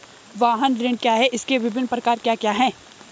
वाहन ऋण क्या है इसके विभिन्न प्रकार क्या क्या हैं?